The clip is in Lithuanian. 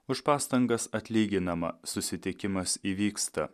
už pastangas atlyginama susitikimas įvyksta